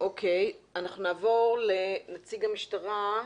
אנחנו נעבור לנציג המשטרה,